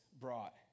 brought